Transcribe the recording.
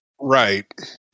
Right